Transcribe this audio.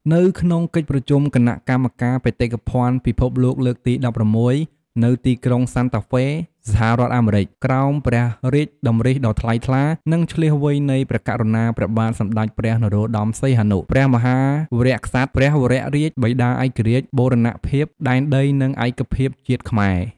នៅក្នុងកិច្ចប្រជុំគណ:កម្មការបេតិកភណ្ឌពិភពលោកលើកទី១៦ នៅទីក្រុងសាន់តាហ្វេ សហរដ្ឋអាមេរិកក្រោមព្រះរាជតម្រិៈដ៏ថ្លៃថ្លា និងឈ្លាសវៃនៃព្រះករុណាព្រះបាទសម្តេចព្រះ នរោត្តម សីហនុ ព្រះមហាវីរក្សត្រព្រះវររាជបិតាឯករាជ្យ បូរណភាពដែនដី និង ឯកភាពជាតិខ្មែរ។